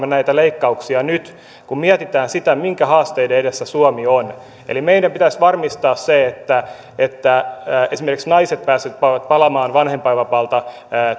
näitä leikkauksia nyt kun mietitään sitä minkä haasteiden edessä suomi on meidän pitäisi varmistaa esimerkiksi se että että naiset pääsevät palaamaan vanhempainvapaalta